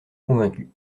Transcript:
convaincu